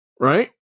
Right